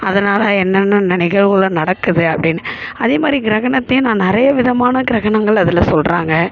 அதனால் என்னென்ன நிகழ்வுகள் நடக்குது அப்படின்னு அதேமாதிரி கிரகணத்தையும் நான் நிறைய விதமான கிரணங்கள் அதில் சொல்கிறாங்க